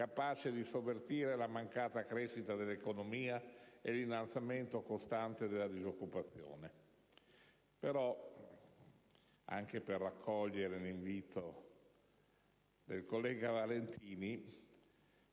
capace di sovvertire la mancata crescita dell'economia e l'innalzamento costante della disoccupazione. Per raccogliere l'invito del collega Benedetti